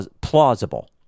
plausible